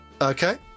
Okay